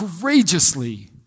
courageously